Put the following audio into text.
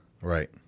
Right